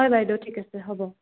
হয় বাইদেউ ঠিক আছে হ'ব